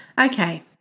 Okay